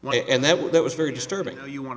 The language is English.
why and that was that was very disturbing you want to